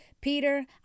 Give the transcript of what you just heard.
Peter